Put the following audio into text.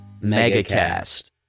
megacast